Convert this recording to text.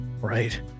right